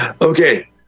Okay